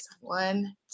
one